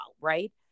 Right